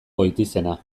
goitizena